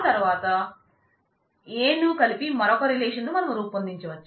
తర్వాత A ను కలిపి మరొక రిలేషన్ను మనం రూపొందించవచ్చు